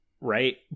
right